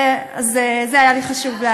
את זה היה לי חשוב להגיד.